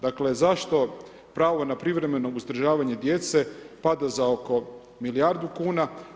Dakle zašto pravo na privremeno uzdržavanje djece pada za oko milijardu kuna?